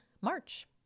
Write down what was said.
March